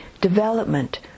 development